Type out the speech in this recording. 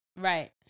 Right